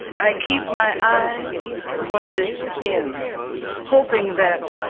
i keep my eyes pointed in hoping that,